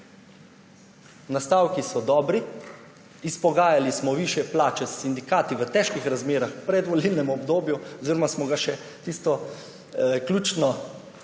Nastavki so dobri, izpogajali smo višje plače s sindikati v težkih razmerah, v predvolilnem obdobju oziroma smo tisto tik